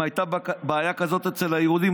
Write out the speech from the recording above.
אם הייתה בעיה כזאת אצל היהודים,